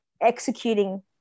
executing